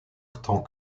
tant